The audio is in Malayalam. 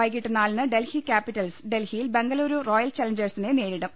വൈകിട്ട് നാലിന് ഡൽഹി ക്യാപിറ്റൽസ് ഡൽഹിയിൽ ബംഗളുരു റോയൽ ചാലഞ്ചേഴ്സിനെ നേരിടും